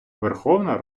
верховна